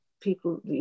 people